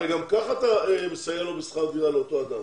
הרי גם ככה אתה מסייע לו בשכר דירה, לאותו אדם.